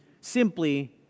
simply